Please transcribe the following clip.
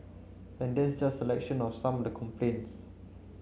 and that's just a selection of some of the complaints